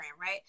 right